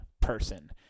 person